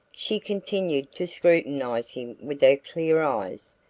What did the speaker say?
she continued to scrutinize him with her clear eyes,